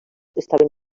estaven